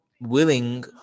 willing